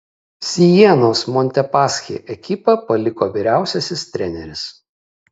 sienos montepaschi ekipą paliko vyriausiasis treneris